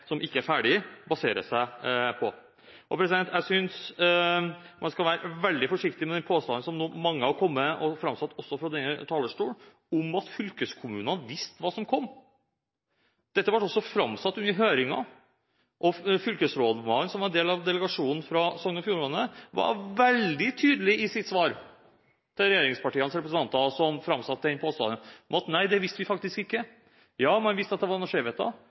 som ikke er ferdig – baserer seg på. Jeg synes man skal være veldig forsiktig med den påstanden som mange nå har kommet med, og framsatt også fra denne talerstol, om at fylkeskommunene visste hva som kom. Dette ble også framsatt under høringen, og fylkesrådmannen som var en del av delegasjonen fra Sogn og Fjordane, var veldig tydelig i sitt svar til regjeringspartienes representanter som framsatte den påstanden, på at nei, det visste de faktisk ikke. Ja, man visste at det var